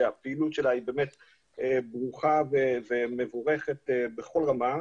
שהפעילות שלה היא באמת ברוכה ומבורכת בכל רמה,